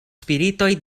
spiritoj